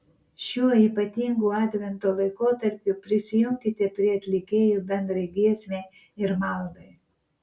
šiuo ypatingu advento laikotarpiu prisijunkite prie atlikėjų bendrai giesmei ir maldai